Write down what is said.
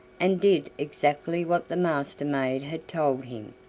and did exactly what the master-maid had told him.